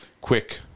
quick